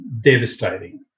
devastating